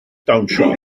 dawnsio